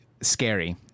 scary